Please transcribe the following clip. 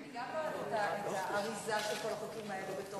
אני גם לא אוהבת את האריזה של כל החוקים האלה בתור,